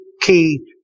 key